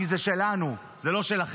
כי זה שלנו, זה לא שלכם.